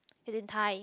as in thigh